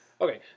Okay